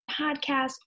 podcast